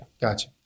Gotcha